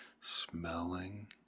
smelling